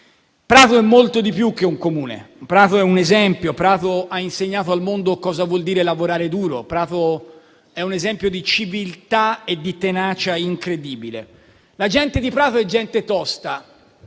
Prato è molto di più che un Comune: Prato è un esempio; Prato ha insegnato al mondo cosa vuol dire lavorare duro; Prato è un esempio di civiltà e di tenacia incredibile. La gente di Prato è tosta.